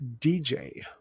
DJ